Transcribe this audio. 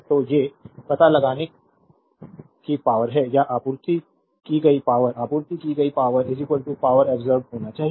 तो ये पता लगाने की पावरहै या आपूर्ति की गई पावर आपूर्ति की गई पावर पावरअब्सोर्बेद होनी चाहिए